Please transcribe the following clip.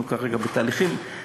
אנחנו כרגע בתהליכים.